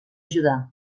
judà